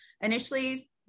initially